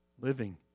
Living